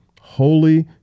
holy